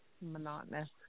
monotonous